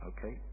Okay